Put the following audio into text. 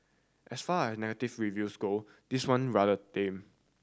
as far as negative reviews go this one rather tame